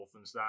Wolfenstein